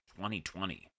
2020